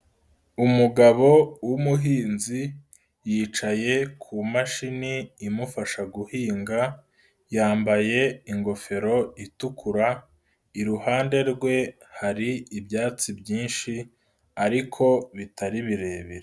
Umugabo w'umuhinzi, yicaye ku mashini imufasha guhinga, yambaye ingofero itukura, iruhande rwe hari ibyatsi byinshi ariko bitari birebire.